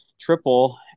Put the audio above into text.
triple